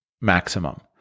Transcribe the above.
maximum